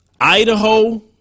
Idaho